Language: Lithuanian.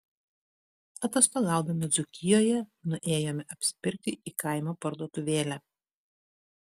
atostogaudami dzūkijoje nuėjome apsipirkti į kaimo parduotuvėlę